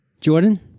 Jordan